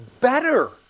better